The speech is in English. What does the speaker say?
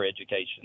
education